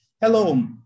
Hello